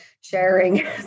sharing